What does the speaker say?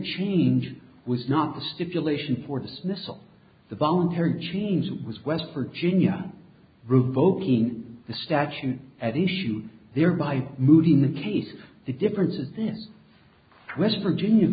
change was not a stipulation for dismissal the voluntary chines was west virginia revoking the statute at issue thereby moving the case of the differences in west virginia